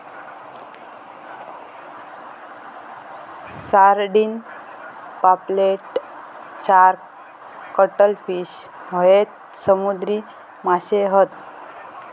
sardine, पापलेट, shark, cuttlefish हयते समुद्री माशे हत